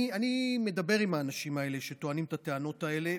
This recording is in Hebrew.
אני מדבר עם האנשים האלה שטוענים את הטענות האלה,